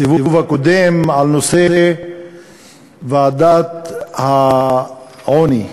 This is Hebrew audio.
בסיבוב הקודם על נושא ועדת אלאלוף למיגור העוני בישראל.